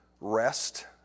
rest